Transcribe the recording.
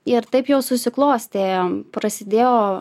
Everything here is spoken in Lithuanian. ir taip jau susiklostė prasidėjo